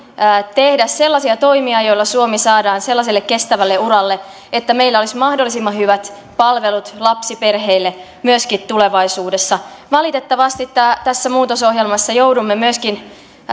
tehdä sellaisia toimia joilla suomi saadaan sellaiselle kestävälle uralle että meillä olisi mahdollisimman hyvät palvelut lapsiperheille myöskin tulevaisuudessa valitettavasti tässä muutosohjelmassa joudumme myöskin